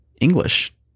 english